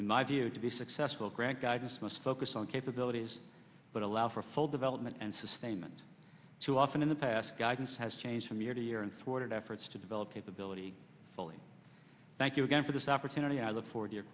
in my view to be successful grant guidance most focused on capabilities but allow for full development and sustainment too often in the past guidance has changed from year to year and floored efforts to develop capability fully thank you again for this opportunity i look forward